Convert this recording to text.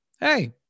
hey